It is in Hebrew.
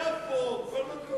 יפו, כל מקום.